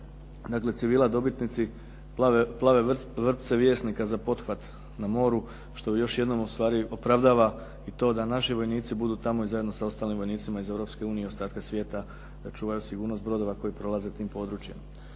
dakle civila dobitnici "Plave vrpce vjesnika" za pothvat na moru što jednom opravdava i to da naši vojnici budu tamo zajedno sa ostalim vojnicima iz Europske unije i ostatka svijeta, da čuvaju sigurnost brodova koji prolaze tim područjem.